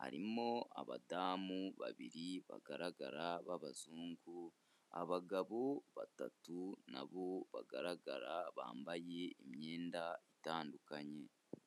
harimo abadamu 2 bagaragara b'abazungu abagabo 3 nabo bagaragara bambaye imyenda itandukanye.